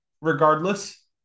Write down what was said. regardless